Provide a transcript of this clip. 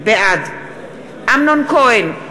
בעד אמנון כהן,